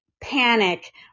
Panic